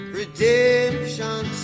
redemption